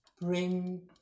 bring